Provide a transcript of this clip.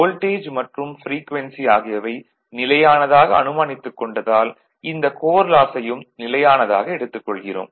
voltage மற்றும் frequency ஆகியவை நிலையானதாக அனுமானித்துக் கொண்டதால் இந்த கோர் லாஸையும் நிலையானதாக எடுத்துக் கொள்கிறோம்